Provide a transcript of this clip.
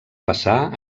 passar